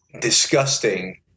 disgusting